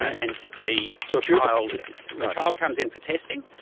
and the so child. the child comes in for testing,